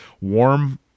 warm